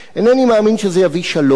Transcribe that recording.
אינני מאמין שזה יביא שלום,